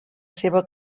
seva